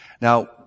Now